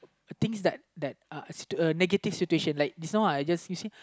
things that that uh negative situation like just now uh just you see